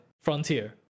frontier